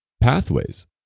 pathways